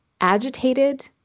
agitated